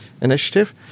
Initiative